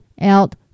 out